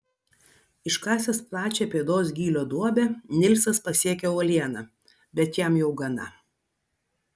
iškasęs plačią pėdos gylio duobę nilsas pasiekia uolieną bet jam jau gana